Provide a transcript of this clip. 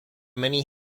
many